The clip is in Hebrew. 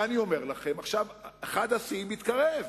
אני אומר לכם שאחד השיאים מתקרב,